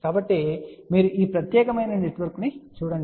కాబట్టి మీరు ఈ ప్రత్యేకమైన నెట్వర్క్ను చూడండి